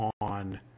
on